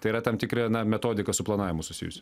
tai yra tam tikra na metodika su planavimu susijusi